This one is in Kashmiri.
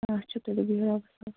آچھا تُلِو بِہِو رۄبَس